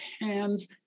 hands